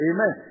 Amen